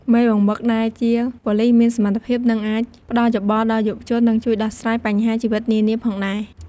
មេបង្វឹកដែលជាប៉ូលីសមានសមត្ថភាពនិងអាចផ្ដល់យោបល់ដល់យុវជន និងជួយដោះស្រាយបញ្ហាជីវិតនានាផងដែរ។